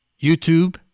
YouTube